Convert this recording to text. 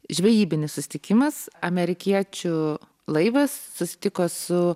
žvejybinis susitikimas amerikiečių laivas susitiko su